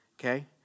Okay